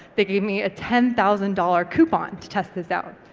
they gave me a ten thousand dollars coupon to test this out.